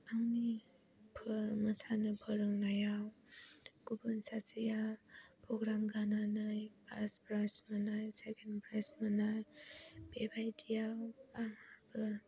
आंनि फोर मोासानो फोरोंनायाव गुबुन सासेया प्रग्राम गानानै फार्स्ट प्रायज मोननाय सेकेन्ड प्रायज मोननाय बेबायदियाव आंबो